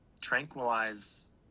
tranquilize